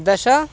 दश